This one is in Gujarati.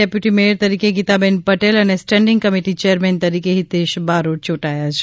ડેપ્યુટી મેયર તરીકે ગીતાબેન પટેલ અને સ્ટેન્ડિંગ કમિટી ચેરમેન તરીકે હિતેષ બારોટ ચુંટાયા છે